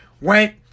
went